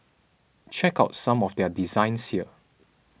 check out some of their designs here